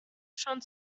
schon